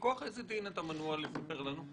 מכוח איזה דין אתה מנוע מלספר לנו?